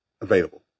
available